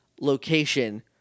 location